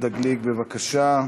חבר הכנסת יהודה גליק, בבקשה.